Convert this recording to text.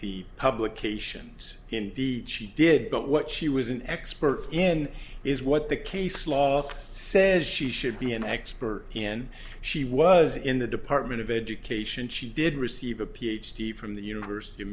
the publications indeed she did but what she was an expert in is what the case law says she should be an expert in she was in the department of education she did receive a ph d from the university of